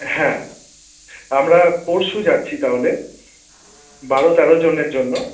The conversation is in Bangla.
হ্যাঁ আমরা পরশু যাচ্ছি তাহলে বারো তেরো জনের জন্য